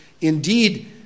indeed